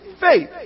faith